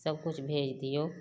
सबकिछु भेज दियौ